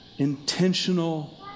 intentional